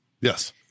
Yes